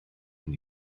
fynd